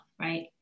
right